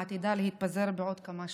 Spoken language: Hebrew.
העתידה להתפזר בעוד כמה שעות.